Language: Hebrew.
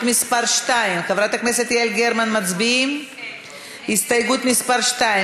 יואל רזבוזוב, עליזה לביא, מיקי לוי ואלעזר שטרן.